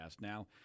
Now